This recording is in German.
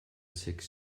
sechs